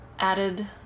added